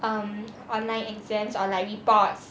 um online exams or like reports